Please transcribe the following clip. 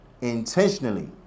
Intentionally